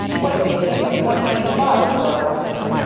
what do you think of one ninety-five for a record?